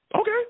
Okay